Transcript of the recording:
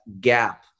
gap